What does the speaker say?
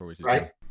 Right